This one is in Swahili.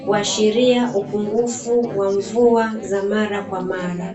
kuashiria upungufu wa mvua za mara kwa mara.